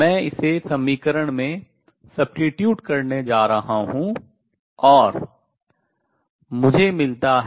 मैं इसे समीकरण में substitute स्थानापन्न करने जा रहा हूँ और मुझे मिलता है